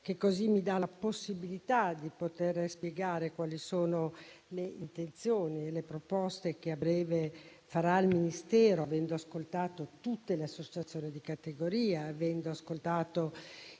che mi offre la possibilità di spiegare quali sono le intenzioni e le proposte che a breve farà il Ministero, avendo ascoltato tutte le associazioni di categoria, i sindaci